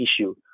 issue